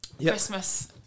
Christmas